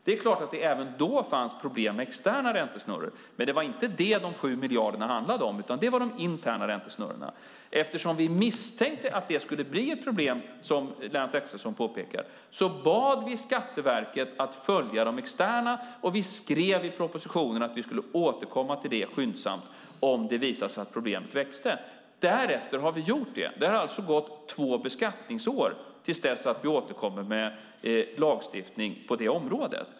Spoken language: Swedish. Det är klart att det även då fanns problem med externa räntesnurror, men det var inte det de 7 miljarderna handlade om. Det var de interna räntesnurrorna. Eftersom vi misstänkte att det skulle bli ett problem, som Lennart Axelsson påpekar, bad vi Skatteverket att följa de externa räntesnurrorna och skrev i propositionen att vi skulle återkomma till frågan skyndsamt om det visade sig att problemet växte. Därefter har vi återkommit. Det har alltså gått två beskattningsår till dess vi har återkommit med lagstiftning på området.